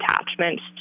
attachments